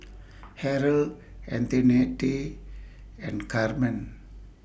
Harrell Antionette and Carmen